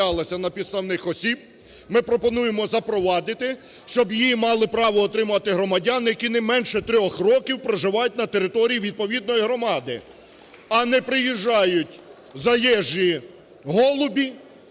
безплатна ця земля не оформлялася на підставних осіб, ми пропонуємо запровадити, щоб її мали право отримати громадяни, які не менше трьох років проживають на території відповідної громади, а не приїжджають заєжжі голубі,